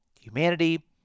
humanity